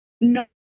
No